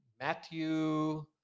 Matthew